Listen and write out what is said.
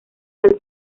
del